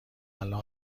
الان